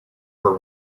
were